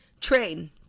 Train